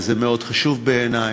וזה מאוד חשוב בעיני.